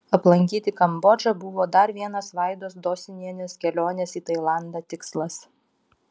aplankyti kambodžą buvo dar vienas vaidos dosinienės kelionės į tailandą tikslas